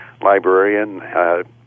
librarian